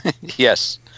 Yes